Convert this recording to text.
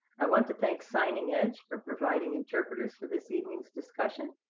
i want to thank signing edge for providing interpreters for this evening's discussion.